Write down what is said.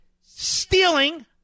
Stealing